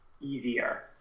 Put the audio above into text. easier